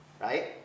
right